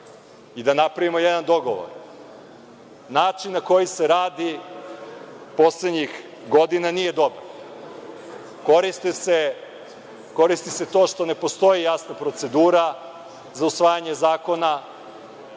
i da napravimo jedan dogovor. Način na koji se radi poslednjih godina nije dobar. Koristi se to što ne postoji jasna procedura za usvajanje zakona.